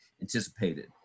anticipated